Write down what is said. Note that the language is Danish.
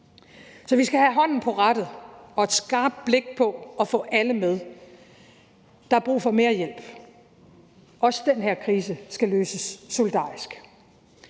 Så vi skal have hånden på rattet og et skarpt blik på at få alle med. Der er brug for mere hjælp. Også den her krise skal løses solidarisk.